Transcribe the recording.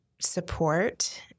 support